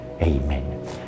Amen